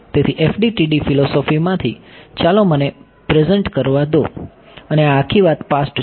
તેથી FDTD ફિલોસોફીમાંથી ચાલો મને પ્રેઝન્ટ કહેવા દો અને આ આખી વાત પાસ્ટ છે